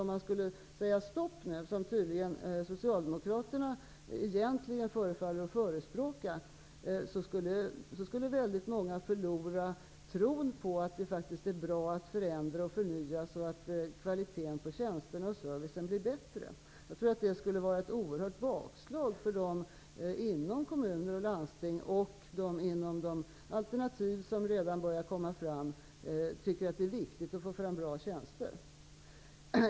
Om man skulle sätta stopp nu, som Socialdemokraterna förefaller förespråka, skulle många förlora tron på att det faktiskt är bra att förändra och förnya för att kvaliteten på tjänsterna och servicen skall bli bättre. Jag tror att det skulle vara ett oerhört bakslag för dem inom kommuner och landsting, och för dem inom de alternativ som redan börjar komma fram, som tycker att förändringar är viktiga för att få fram bra tjänster.